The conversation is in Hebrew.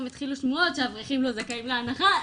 התחילו שמועות שאברכים לא זכאים להנחה,